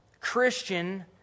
Christian